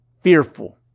fearful